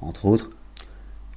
entre autres